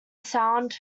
sound